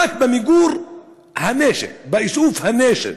ורק במיגור הנשק, באיסוף הנשק,